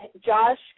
Josh